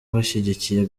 bashyigikiye